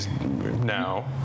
now